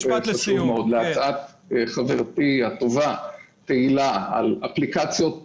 לגבי הצעת חברתי הטובה תהילה על אפליקציות בוטום-אפ,